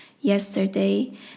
yesterday